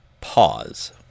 pause